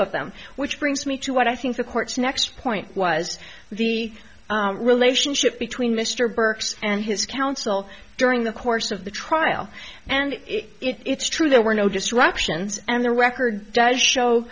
of them which brings me to what i think the court's next point was the relationship between mr burks and his counsel during the course of the trial and it's true there were no distractions and the record does show